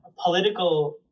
political